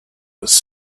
was